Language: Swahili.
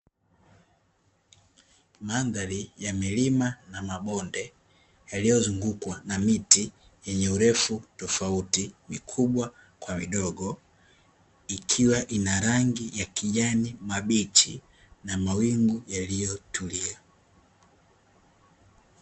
Mandhari ya milima na mabonde iliyozungukwa na miti yenye urefu tofauti, mikubwa kwa midogo ikiwa inarangi ya kijani kibichi na mawingu yaliyotulia.